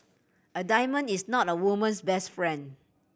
a diamond is not a woman's best friend